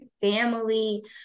family